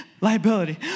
liability